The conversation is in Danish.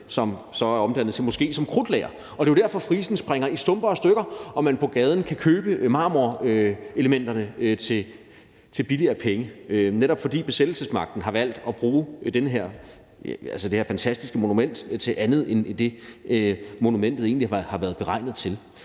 som så er blevet omdannet til moské, som krudtlager. Og det er jo derfor, at frisen springer i stumper og stykker og man på gaden kan købe marmorelementerne til en billig penge. Det er, netop fordi besættelsesmagten har valgt at bruge det her fantastiske monument til noget andet end det, monumentet egentlig har været beregnet til.